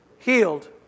healed